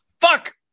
Fuck